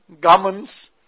garments